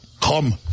Come